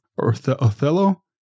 Othello